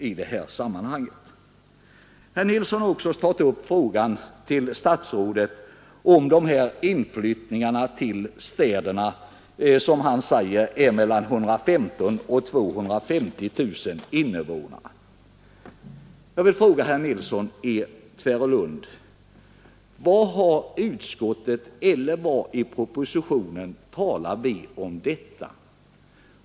Herr Nilsson i Tvärålund tog också upp frågan om inflyttningen till städerna, som han sade berör mellan 115 000 och 250 000 personer. Jag vill fråga herr Nilsson i Tvärålund: Var någonstans i utskottets betänkande eller var i propositionen talas det om detta?